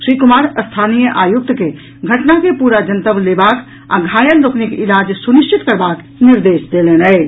श्री कुमार स्थानीय आयुक्त के घटना के पूरा जनतब लेबाक आ घायल लोकनिक इलाज सुनिश्चित करबाक निर्देश देलनि अछि